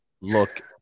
look